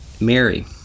Mary